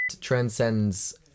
transcends